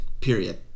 period